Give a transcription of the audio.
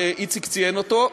ואיציק ציין אותו,